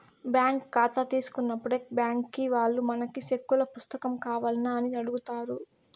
bank కాతా తీసుకున్నప్పుడే బ్యాంకీ వాల్లు మనకి సెక్కుల పుస్తకం కావాల్నా అని అడుగుతారు